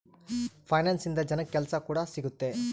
finance ಇಂದ ಜನಕ್ಕಾ ಕೆಲ್ಸ ಕೂಡ ಸಿಗುತ್ತೆ